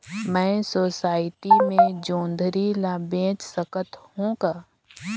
मैं सोसायटी मे जोंदरी ला बेच सकत हो का?